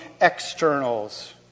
externals